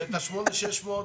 1,500 שקל.